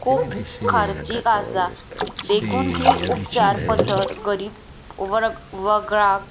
खूब खर्चीक आसा देखून ही उपचार पध्दत गरीब वर वगळाक